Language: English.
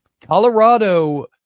Colorado